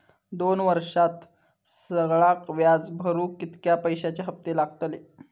दोन वर्षात सगळा व्याज भरुक कितक्या पैश्यांचे हप्ते लागतले?